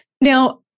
Now